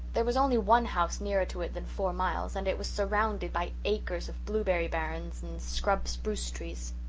there was only one house nearer to it than four miles, and it was surrounded by acres of blueberry barrens and scrub spruce-trees.